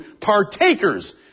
partakers